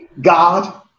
God